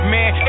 Man